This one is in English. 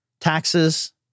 taxes